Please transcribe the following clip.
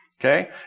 Okay